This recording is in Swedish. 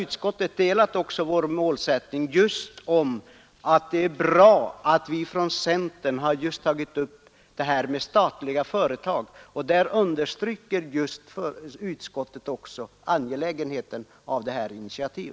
Utskottet delar vår uppfattning och säger att det är bra att centern har tagit upp förslaget om statliga företag. Utskottet understryker alltså angelägenheten av detta initiativ.